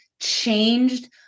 changed